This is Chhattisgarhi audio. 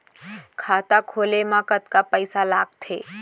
खाता खोले मा कतका पइसा लागथे?